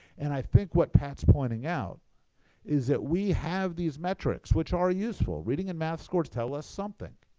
and i think what pat's pointing out is that we have these metrics which are useful. reading and math scores tell us something.